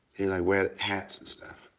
they like wear hats and stuff.